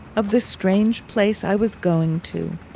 of the strange place i was going to,